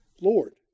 Lord